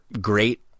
great